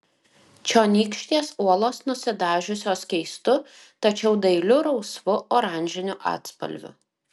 čionykštės uolos nusidažiusios keistu tačiau dailiu rausvu oranžiniu atspalviu